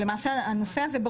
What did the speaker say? הנושא הזה,